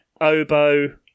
oboe